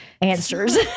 answers